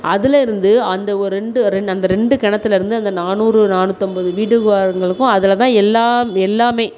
அதிலேருந்து அந்த ஒரு ரெண்டு ரெண்டு அந்த ரெண்டு கிணத்துலேருந்து அந்த நானூறு நானூற்றி ஐம்பது வீடுகாரங்களுக்கும் அதில் தான் எல்லாம் எல்லாம்